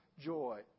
joy